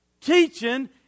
teaching